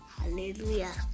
Hallelujah